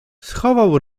schował